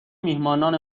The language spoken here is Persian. میهمانان